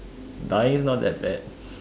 dying is not that bad